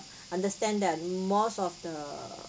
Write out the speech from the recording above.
understand that most of the